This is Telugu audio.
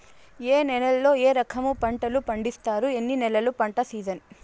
ఏ నేలల్లో ఏ రకము పంటలు పండిస్తారు, ఎన్ని నెలలు పంట సిజన్?